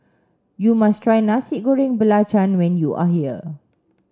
you must try Nasi Goreng Belacan when you are here